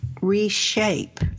reshape